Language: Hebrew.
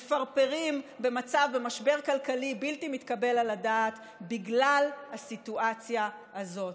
ומפרפרים במשבר כלכלי בלתי מתקבל על הדעת בגלל הסיטואציה הזאת.